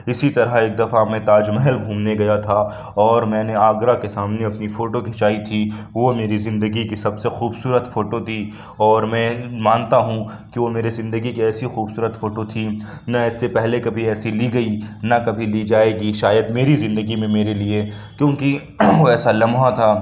اِسی طرح ایک دفع میں تاج محل گھومنے گیا تھا اور میں نے آگرہ کے سامنے اپنی فوٹو کھینچائی تھی وہ میری زندگی کی سب سے خوبصورت فوٹو تھی اور میں مانتا ہوں کہ وہ میرے زندگی کے ایسی خوبصورت فوٹو تھی نہ ایسے پہلے کبھی ایسی لی گئی نہ کبھی لی جائے گی شاید میری زندگی میں میرے لیے کیوں کہ وہ ایسا لمحہ تھا